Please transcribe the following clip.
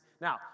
Now